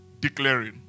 declaring